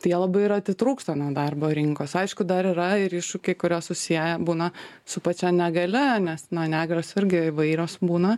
tai jie labai ir atitrūksta nuo darbo rinkos aišku dar yra ir iššūkiai kuriuos susieja būna su pačia negalia nes na negalios irgi įvairios būna